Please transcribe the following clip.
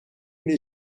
nei